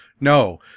no